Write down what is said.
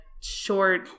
short